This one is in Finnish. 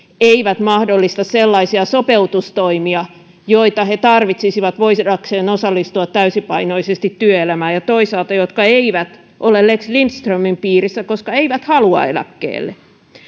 eivät mahdollista sellaisia sopeutustoimia joita he tarvitsisivat voidakseen osallistua täysipainoisesti työelämään ja jotka toisaalta eivät ole lex lindströmin piirissä koska eivät halua eläkkeelle